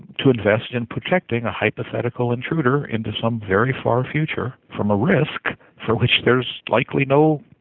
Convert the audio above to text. to invest in protecting a hypothetical intruder into some very far future from a risk for which there's likely no